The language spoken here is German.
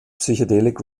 psychedelic